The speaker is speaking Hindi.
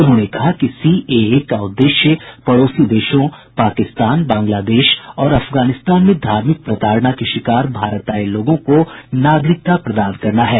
उन्होंने कहा कि सीएए का उद्देश्य पड़ोसी देशों पाकिस्तान बांग्लादेश और अफगानिस्तान में धार्मिक प्रताड़ना के शिकार भारत आये लोगों को नागरिकता प्रदान करना है